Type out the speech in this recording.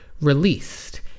released